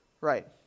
right